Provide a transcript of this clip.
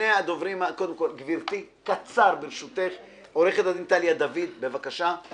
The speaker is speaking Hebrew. קודם כול גברתי בקצרה, עו"ד טליה דוד, בבקשה.